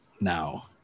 now